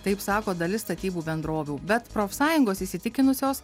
taip sako dalis statybų bendrovių bet profsąjungos įsitikinusios